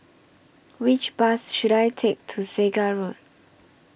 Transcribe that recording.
Which Bus should I Take to Segar Road